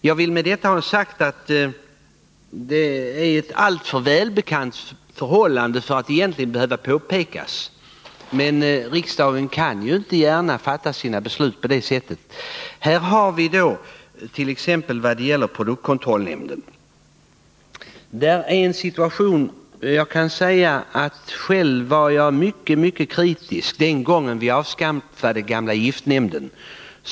Jag vill med detta ha sagt — det är ett alltför välbekant förhållande för att egentligen behöva påpekas — att riksdagen inte gärna kan fatta sina beslut på det sättet. När det gäller produktkontrollnämnden kan jag säga att jag själv var mycket kritisk den gång då vi avskaffade den gamla giftnämnden.